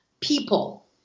people